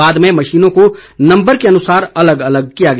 बाद में मशीनों को नम्बर के अनुसार अलग अलग किया गया